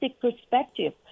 perspective